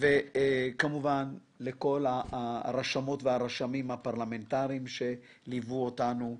לכל הרשמות והרשמים הפרלמנטריים שליוו אותנו,